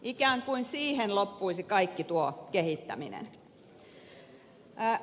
ikään kuin siihen loppuisi kaikki tuo kehittäminen